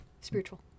Spiritual